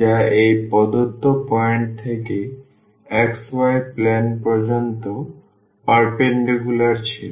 যা এই প্রদত্ত পয়েন্ট থেকে xy প্লেন পর্যন্ত পারপেন্ডিকুলার ছিল